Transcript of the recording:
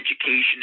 education